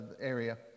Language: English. area